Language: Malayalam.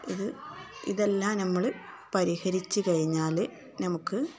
ഇത് ഇതെല്ലാം നമ്മള് പരിഹരിച്ചുകഴിഞ്ഞാല് നമുക്ക്